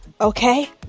okay